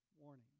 warning